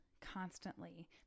constantly